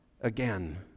again